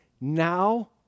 now